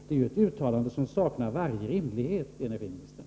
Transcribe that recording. Det är ju ett uttalande som saknar varje rimlighet, energiministern.